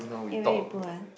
eh where you put one